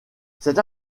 cette